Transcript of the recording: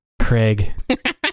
Craig